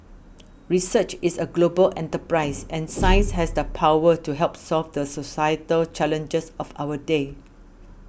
research is a global enterprise and science has the power to help solve the societal challenges of our day